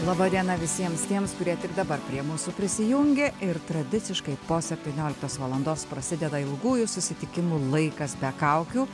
laba diena visiems tiems kurie tik dabar prie mūsų prisijungė ir tradiciškai po septynioliktos valandos prasideda ilgųjų susitikimų laikas be kaukių